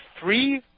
three